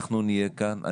אנחנו נהיה כאן,